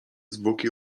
zwłoki